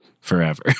forever